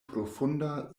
profunda